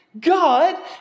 God